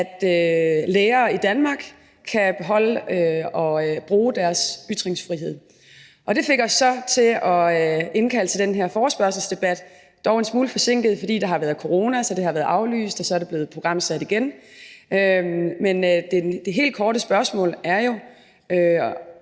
at lærere i Danmark kan beholde og bruge deres ytringsfrihed. Det fik os så til at indkalde til den her forespørgselsdebat, dog med en smule forsinkelse, fordi der har været corona; så det har været aflyst, og så er det blevet programsat igen. Men det helt korte spørgsmål i